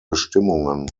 bestimmungen